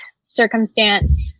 circumstance